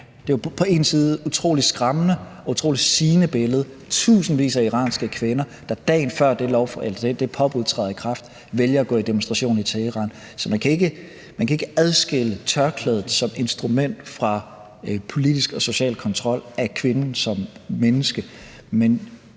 en og samme tid et utrolig skræmmende og utrolig sigende billede: Tusindvis af iranske kvinder, der, dagen før det påbud træder i kraft, vælger at gå i demonstration i Teheran. Så man kan ikke adskille tørklædet som instrument fra politisk og social kontrol af kvinden som menneske.